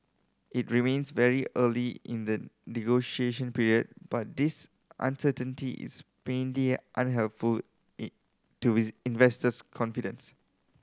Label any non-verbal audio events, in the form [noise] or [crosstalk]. it remains very early in the negotiation period but this uncertainty is plainly unhelpful in to [unintelligible] investors confidence